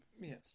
Yes